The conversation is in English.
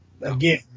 again